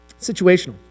Situational